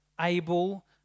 able